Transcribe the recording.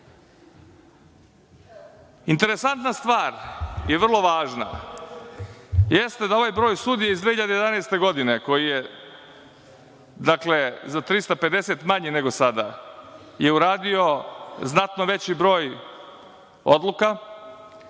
bitna. Interesantna stvar i vrlo važna, jeste da ovaj broj sudija iz 2011. godine, koji je, dakle, za 350 manje nego sada, je uradio znatno veći broj odluka,